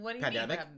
Pandemic